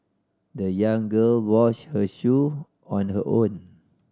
the young girl washed her shoe on her own